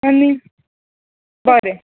आनी बरें